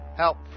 Help